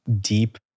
deep